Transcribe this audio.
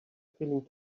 feeling